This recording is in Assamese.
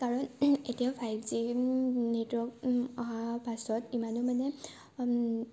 কাৰণ এতিয়া ফাইভ জি নেটৱৰ্ক আহা পাছত ইমানো মানে